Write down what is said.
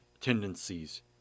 tendencies